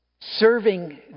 Serving